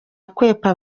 akwepa